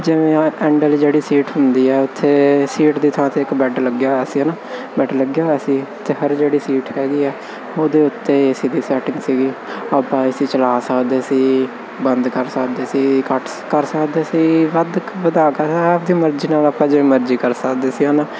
ਜਿਵੇਂ ਐਂਡ ਵਾਲੀ ਜਿਹੜੀ ਸੀਟ ਹੁੰਦੀ ਹੈ ਉੱਥੇ ਸੀਟ ਦੀ ਥਾਂ 'ਤੇ ਇੱਕ ਬੈਡ ਲੱਗਿਆ ਹੋਇਆ ਸੀ ਹੈ ਨਾ ਬੈਡ ਲੱਗਿਆ ਹੋਇਆ ਸੀ ਅਤੇ ਹਰ ਜਿਹੜੀ ਸੀਟ ਹੈਗੀ ਆ ਉਹਦੇ ਉੱਤੇ ਸੀਗੀ ਸੈਟਿੰਗ ਸੀਗੀ ਆਪਾਂ ਏ ਸੀ ਚਲਾ ਸਕਦੇ ਸੀ ਬੰਦ ਕਰ ਸਕਦੇ ਸੀ ਘੱਟ ਕਰ ਸਕਦੇ ਸੀ ਵੱਧ ਵਧਾ ਕਰਾ ਆਪਦੀ ਮਰਜ਼ੀ ਨਾਲ ਆਪਾਂ ਜਿਵੇਂ ਮਰਜ਼ੀ ਕਰ ਸਕਦੇ ਸੀ ਹੈ ਨਾ